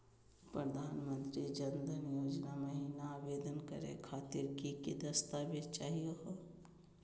प्रधानमंत्री जन धन योजना महिना आवेदन करे खातीर कि कि दस्तावेज चाहीयो हो?